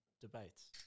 debates